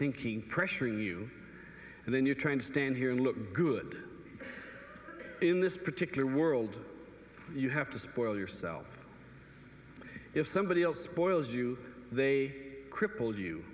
thinking pressuring you and then you're trying to stand here and look good in this particular world you have to spoil yourself if somebody else spoils you they cripple you